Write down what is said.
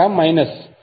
యొక్క మైనస్